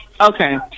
Okay